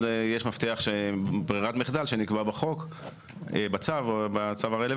אז יש מפתח ברירת מחדל שנקבע בצו הרלוונטי,